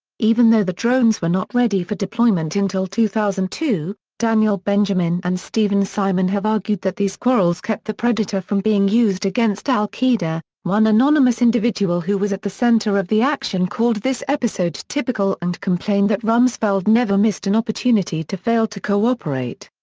even though the drones were not ready for deployment until two thousand and two, daniel benjamin and steven simon have argued that these quarrels kept the predator from being used against al qaeda. one anonymous individual who was at the center of the action called this episode typical and complained that rumsfeld never missed an opportunity to fail to cooperate.